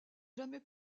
jamais